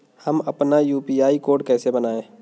हम अपना UPI code कैसे बनाएँ?